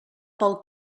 pel